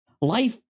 Life